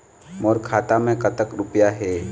मोर खाता मैं कतक रुपया हे?